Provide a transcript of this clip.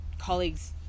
colleagues